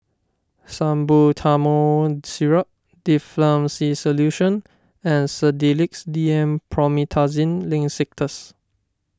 Salbutamol Syrup Difflam C Solution and Sedilix D M Promethazine Linctus